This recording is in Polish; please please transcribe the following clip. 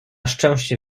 szczęście